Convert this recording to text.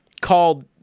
called